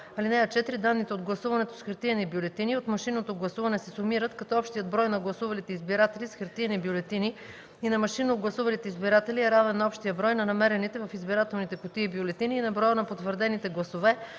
1 и 2. (4) Данните от гласуването с хартиени бюлетини и от машинното гласуване се сумират, като общият брой на гласувалите избиратели с хартиени бюлетини и на машинно гласувалите избиратели е равен на общия брой на намерените в избирателните кутии бюлетини и на броя на потвърдените гласове